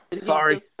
sorry